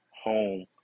home